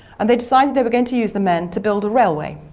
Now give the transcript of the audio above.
and they decided they were going to use the men to build a railway.